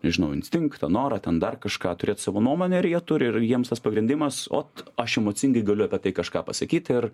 nežinau instinktą norą ten dar kažką turėt savo nuomonę ir jie turi ir jiems tas pagrindimas ot aš emocingai galiu apie tai kažką pasakyti ir